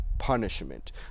Punishment